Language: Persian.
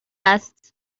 است